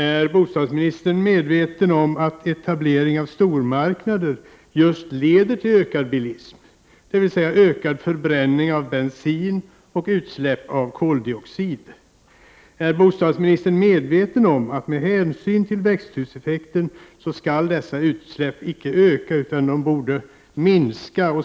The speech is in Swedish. Är bostadsministern medveten om att etablering av stormarknader leder till just ökad bilism, dvs. ökad förbränning av bensin och utsläpp av koldioxid? Är bostadsministern medveten om att dessa utsläpp icke skall öka, med hänsyn till växthuseffekten, utan att de borde minska?